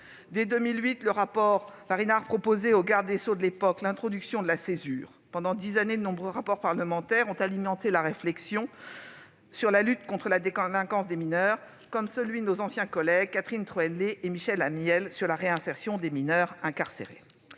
Dès 2008, le rapport Varinard proposait au garde des sceaux de l'époque l'introduction de la césure. Depuis lors, pendant dix ans, de nombreux rapports parlementaires ont alimenté la réflexion sur la lutte contre la délinquance des mineurs, tels que celui, réalisé par nos anciens collègues Catherine Troendlé et Michel Amiel, qui était relatif à la réinsertion des mineurs incarcérés.